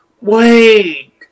wait